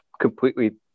completely